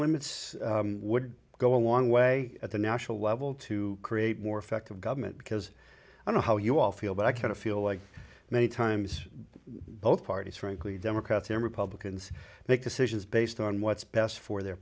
limits would go a long way at the national level to create more effective government because i know how you all feel but i kind of feel like many times both parties frankly democrats and republicans make decisions based on what's best for their